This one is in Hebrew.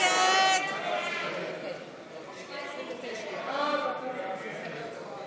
סעיף תקציבי 26, המשרד להגנת